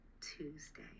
Tuesday